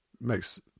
Makes